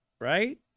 right